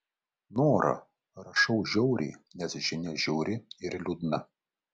nora rašau žiauriai nes žinia žiauri ir liūdna